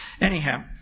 Anyhow